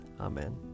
Amen